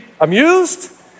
amused